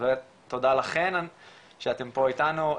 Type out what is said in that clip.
אז באמת תודה לכם שאתם פה איתנו,